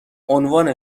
عنوان